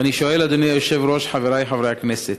ואני שואל, אדוני היושב-ראש, חברי חברי הכנסת: